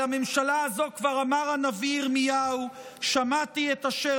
על הממשלה הזו כבר אמר הנביא ירמיהו: "שמעתי את אשר